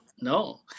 no